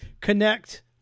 connect